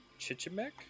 Chichimec